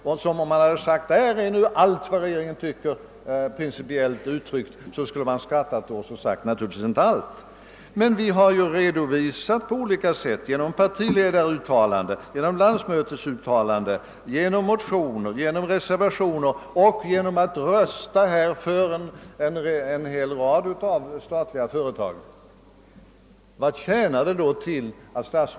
Om det om dessa hade sagts att de innehåller allt vad regeringen principiellt tycker, skulle man ha skrattat åt påståendet och svarat: Nej, naturligtvis är det inte allt. Men vi har genom partiledaruttalanden, genom landsmötesuttalanden, genom motioner, reservationer och genom att rösta för en hel rad av statliga företag på olika sätt uttalat oss i saken.